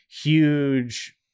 huge